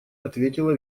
ответила